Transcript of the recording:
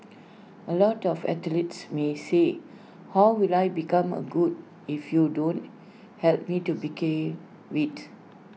A lot of athletes may say how will I become A good if you don't help me to begin with